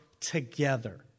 together